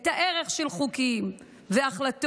את הערך של חוקים והחלטות,